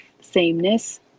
sameness